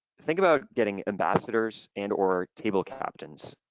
think about getting ambassadors and or table captains.